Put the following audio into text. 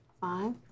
five